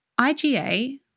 IgA